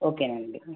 okay అండి